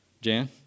Jan